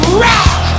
rock